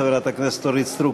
חברת הכנסת אורית סטרוק,